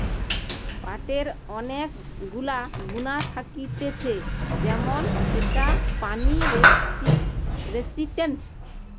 পাটের অনেক গুলা গুণা থাকতিছে যেমন সেটা পানি রেসিস্টেন্ট